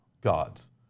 gods